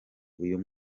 uyu